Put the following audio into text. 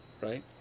Right